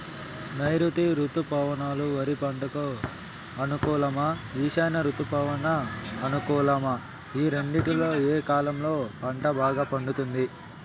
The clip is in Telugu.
నైరుతి రుతుపవనాలు వరి పంటకు అనుకూలమా ఈశాన్య రుతుపవన అనుకూలమా ఈ రెండింటిలో ఏ కాలంలో పంట బాగా పండుతుంది?